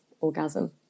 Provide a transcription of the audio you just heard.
orgasm